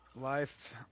life